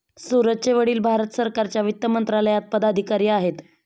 सूरजचे वडील भारत सरकारच्या वित्त मंत्रालयात पदाधिकारी आहेत